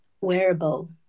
wearable